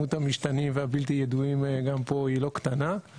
שכמות המשתנים והבלתי ידועים היא לא קטנה גם פה,